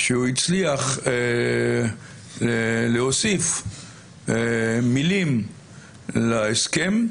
שהוא הצליח להוסיף מילים להסכם,